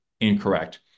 incorrect